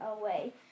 away